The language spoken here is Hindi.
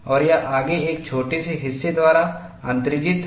और यह आगे एक छोटे से हिस्से द्वारा अतिरंजित है